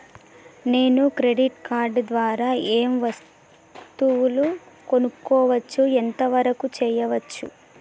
నేను credit card ద్వారా ఏం వస్తువులు కొనుక్కోవచ్చు ఎంత వరకు చేయవచ్చు?